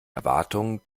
erwartungen